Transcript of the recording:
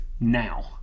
now